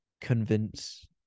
convince